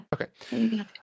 Okay